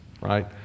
Right